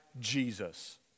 Jesus